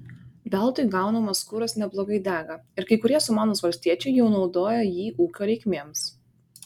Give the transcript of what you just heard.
veltui gaunamas kuras neblogai dega ir kai kurie sumanūs valstiečiai jau naudoja jį ūkio reikmėms